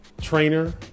trainer